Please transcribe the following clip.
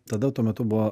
tada tuo metu buvo